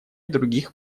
других